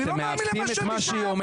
אני לא מאמין למה שאני שומע.